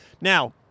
Now